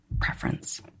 preference